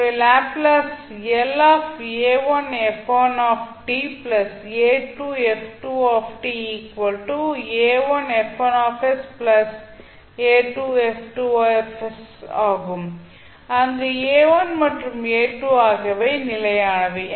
எனவே லேப்ளேஸ் ஆகும் அங்கு a1 மற்றும் a2 ஆகியவை நிலையானவை